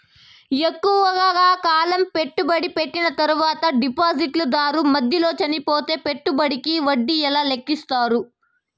ఎక్కువగా కాలం పెట్టుబడి పెట్టిన తర్వాత డిపాజిట్లు దారు మధ్యలో చనిపోతే పెట్టుబడికి వడ్డీ ఎలా లెక్కిస్తారు?